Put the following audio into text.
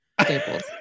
staples